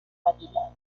águila